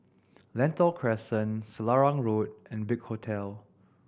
Lentor Crescent Selarang Road and Big Hotel